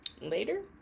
Later